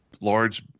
large